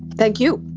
thank you.